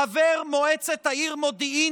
חבר מועצת העיר מודיעין,